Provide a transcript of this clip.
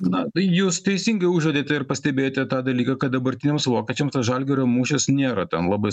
na tai jūs teisingai užuodėte ir pastebėjote tą dalyką kad dabartiniams vokiečiams tas žalgirio mūšis nėra ten labai